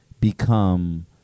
become